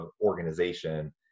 organization